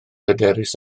hyderus